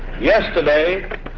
yesterday